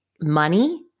money